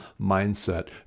mindset